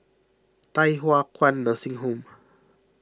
Thye Hua Kwan Nursing Home